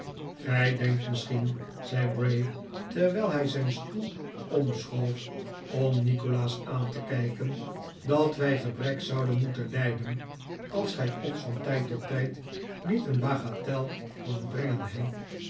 gij denkt misschien zei bray terwijl hij zijn stoel omschoof om nikolaas aan te kijken dat wij gebrek zouden moeten lijden als gij ons van tijd tot tijd niet een bagatel kwaamt brengen he